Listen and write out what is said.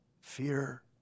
fear